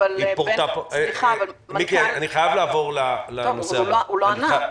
הוא לא ענה.